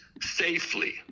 safely